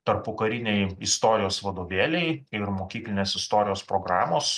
tarpukariniai istorijos vadovėliai ir mokyklinės istorijos programos